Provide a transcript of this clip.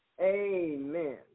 Amen